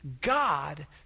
god